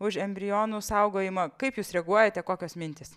už embrionų saugojimą kaip jūs reaguojate kokios mintys